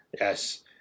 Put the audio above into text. Yes